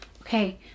okay